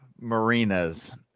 marinas